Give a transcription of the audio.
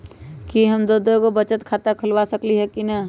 कि हम दो दो गो बचत खाता खोलबा सकली ह की न?